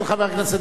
בבקשה, חבר הכנסת